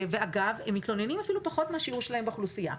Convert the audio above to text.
הם מתלוננים אפילו פחות מהשיעור שלהם באוכלוסייה.